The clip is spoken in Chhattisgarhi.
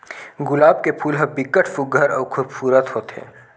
गुलाब के फूल ह बिकट सुग्घर अउ खुबसूरत होथे